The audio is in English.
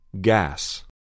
Gas